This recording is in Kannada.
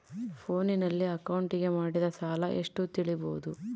ಫೋನಿನಲ್ಲಿ ಅಕೌಂಟಿಗೆ ಮಾಡಿದ ಸಾಲ ಎಷ್ಟು ತಿಳೇಬೋದ?